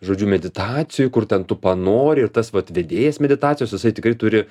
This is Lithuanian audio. žodžiu meditacijų kur ten tu panori ir tas vat vedėjas meditacijos jisai tikrai turi